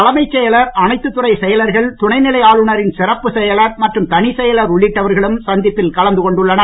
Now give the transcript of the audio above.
தலைமைச் செயலர் அனைத்து துறை செயலர்கள் துணை நிலை ஆளுநரின் சிறப்புச் செயலர் மற்றும் தனிச் செயலர் உள்ளிட்டவர்களும் சந்திப்பில் கலந்து கொண்டுள்ளனர்